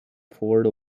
four